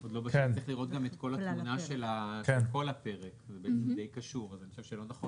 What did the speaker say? צריך לראות את כל התמונה של כל הפרק אז אני חושב שלא נכון